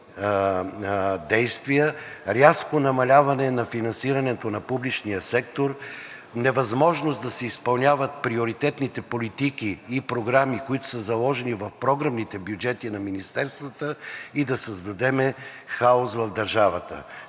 действия, рязко намаляване на финансирането на публичния сектор, невъзможност да се изпълняват приоритетните политики и програми, които са заложени в програмните бюджети на министерствата, и да създадем хаос в държавата.